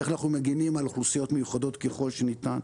איך אנחנו מגנים על אוכלוסיות מיוחדות ככל שניתן,